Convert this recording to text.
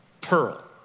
pearl